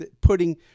putting